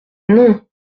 non